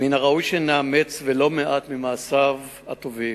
מן הראוי שנאמץ לא מעט ממעשיו הטובים,